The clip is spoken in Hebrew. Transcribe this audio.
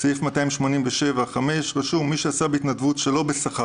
בסעיף 287(5) רשום: מי שעשה בהתנדבות שלא בשכר